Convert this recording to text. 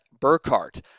Burkhart